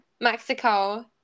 Mexico